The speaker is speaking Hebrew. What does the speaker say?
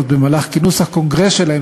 עוד במהלך כינוס הקונגרס שלהם,